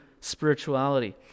spirituality